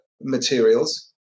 materials